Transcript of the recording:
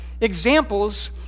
examples